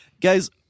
Guys